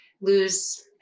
lose